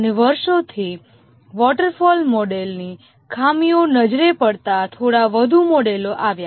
અને વર્ષોથી વોટરફોલ મોડેલની ખામીઓ નજરે પડતાં થોડા વધુ મોડેલો આવ્યા